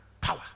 power